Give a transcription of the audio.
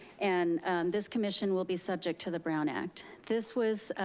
and this commission will be subject to the brown act. this was,